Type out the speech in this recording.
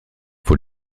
faut